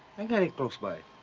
i got it close by.